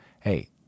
Hey